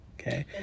Okay